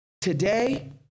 today